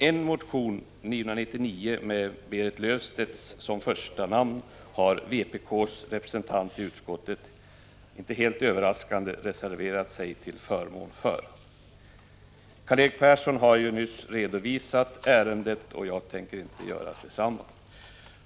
En motion, nr 995 med Berit Löfstedt som första namn, har vpks representant i utskottet inte helt överraskande reserverat sig till förmån för. Karl-Erik Persson har nyss redovisat ärendet, och jag tänker inte göra detsamma.